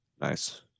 Nice